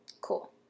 Cool